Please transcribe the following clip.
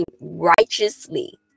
righteously